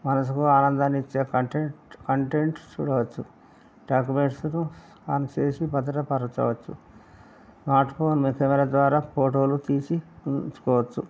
మనసుకు ఆనందాన్నిచ్చే content content చూడవచ్చు డాక్యుమెంట్స్ను స్కాన్ చేసి భద్రపరచవచ్చు స్మార్ట్ఫోన్ కెమెరా ద్వారా ఫోటోలు తీసి ఉంచుకోవచ్చు